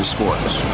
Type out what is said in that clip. Sports